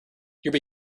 your